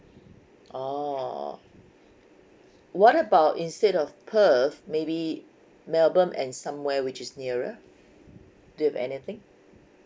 orh what about instead of perth maybe melbourne and somewhere which is nearer do you have anything